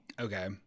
Okay